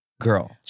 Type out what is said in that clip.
girl